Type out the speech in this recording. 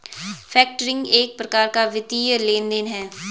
factoring एक प्रकार का वित्तीय लेन देन है